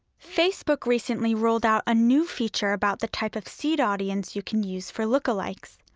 facebook recently rolled out a new feature about the type of seed audience you can use for lookalikes.